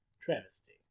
travesty